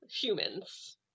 humans